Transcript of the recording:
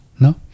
No